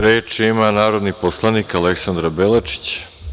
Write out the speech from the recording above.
Reč ima narodni poslanik Aleksandra Belačić.